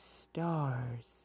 stars